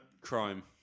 crime